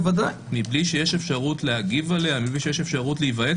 מבלי שיש אפשרות להגיב עליה ולהיוועץ?